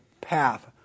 path